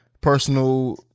personal